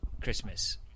Christmas